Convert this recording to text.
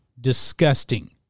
disgusting